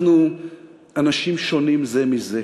אנחנו אנשים שונים זה מזה,